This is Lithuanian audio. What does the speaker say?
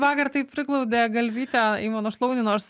vakar taip priglaudė galvytę į mano šlaunį nors